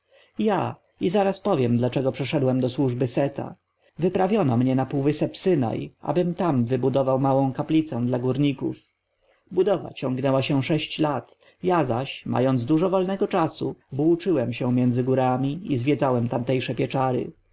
ja i zaraz powiem dlaczego przeszedłem do służby seta wyprawiono mnie na półwysep synai aby tam wybudować małą kaplicę dla górników budowa ciągnęła się sześć lat ja zaś mając dużo wolnego czasu włóczyłem się między górami i zwiedzałem tamtejsze pieczary